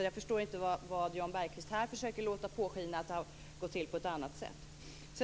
Jag förstår därför inte varför Jan Bergqvist här försöker låta påskina att det har gått in på ett annat sätt.